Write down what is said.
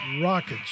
rockets